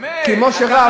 כמו שרב,